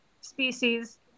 species